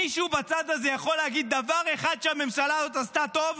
מישהו בצד הזה יכול להגיד דבר אחד שהממשלה הזאת עשתה טוב?